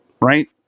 Right